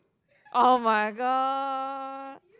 [oh]-my-god